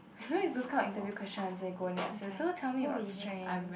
I know it's those kind of interview question and say go in and ask you so tell me about strength